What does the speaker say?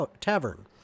tavern